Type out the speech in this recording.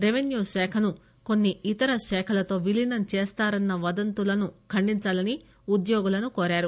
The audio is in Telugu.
రెవెన్యూ శాఖను కొన్ని ఇతర శాఖలతో విలీనం చేస్తారన్న వదంతులను ఖండించాలని ఉద్యోగులను కోరారు